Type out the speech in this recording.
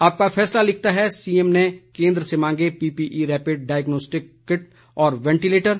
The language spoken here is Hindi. आपका फैसला लिखता है सीएम ने केंद्र से मांगे पीपीई रैपिट डायग्नोस्टिक किट और वेंटिलेटर